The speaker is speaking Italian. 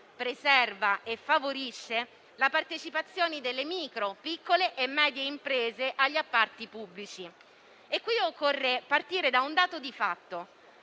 preserva e favorisce la partecipazione delle micro, piccole e medie imprese agli appalti pubblici. Occorre qui partire da un dato di fatto: